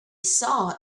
saw